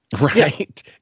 right